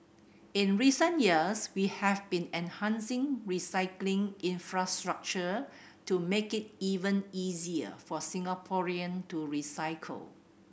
in recent years we have been enhancing recycling infrastructure to make it even easier for Singaporean to recycle